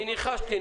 אני ניחשתי.